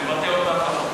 לבטא אותם נכון.